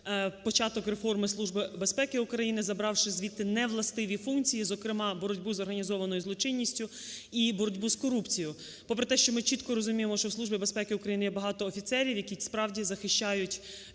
України забравши звідти невластиві функції, зокрема, боротьбу з організованою злочинністю і боротьбу з корупцією. Попри те, що ми чітко розуміємо, що в Службі безпеки України є багато офіцерів, які, справді, захищають